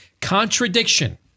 Contradiction